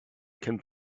can